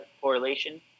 correlation